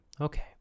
Okay